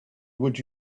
would